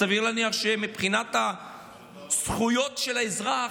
סביר להניח שמבחינת הזכויות של האזרח,